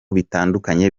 bitandukanye